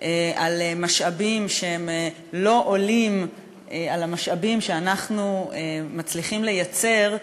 על משאבים שהם לא עולים על המשאבים שאנחנו מצליחים לייצר,